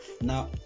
now